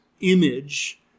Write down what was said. image